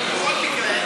בכל מקרה,